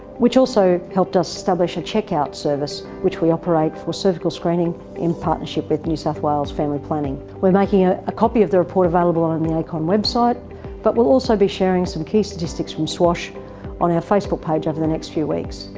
which also helped us establish the check out service which we operate for cervical screening in partnership with new south wales family planning. we're making ah a copy of the report available on the acon website but we'll also be sharing some key statistics from swash on our facebook page over the next few weeks.